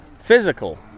physical